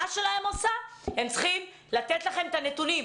שלהם עושה הם צריכים לתת לכם את הנתונים.